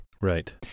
Right